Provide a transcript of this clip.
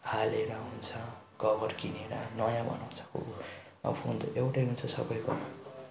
हालेर हुन्छ कभर किनेर नयाँ बनाउँछ अब फोन त एउटै हुन्छ सबैको